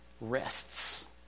rests